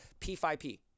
p5p